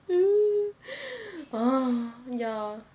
I'm your